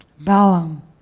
Balaam